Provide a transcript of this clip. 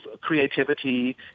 creativity